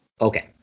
Okay